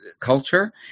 culture